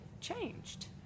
changed